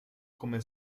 come